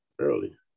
early